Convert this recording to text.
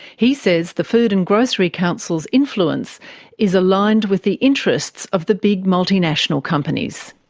he says the food and grocery council's influence is aligned with the interests of the big multinational companies.